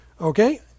Okay